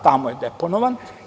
Tamo je deponovan.